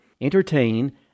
entertain